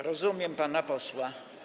Rozumiem pana posła.